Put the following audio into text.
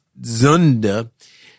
Zunda